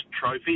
trophy